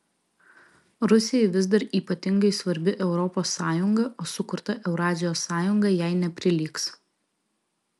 rusijai vis dar ypatingai svarbi europos sąjunga o sukurta eurazijos sąjunga jai neprilygs